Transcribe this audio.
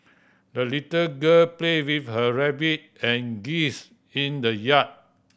the little girl played with her rabbit and geese in the yard